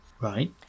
Right